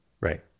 Right